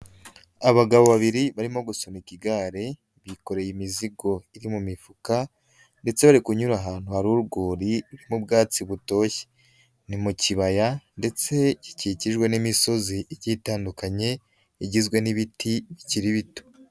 Abagabo babiri barimo gusunika igare, bikoreye imizigo iri mu mifuka, ndetse bari kunyura ahantu hari urwuri n'ubwatsi butoshye, ni mu kibaya ndetse gikikijwe n'imisozi itandukanye igizwe n'ibiti bikiri bito.